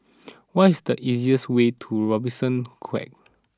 what is the easiest way to Robertson Quay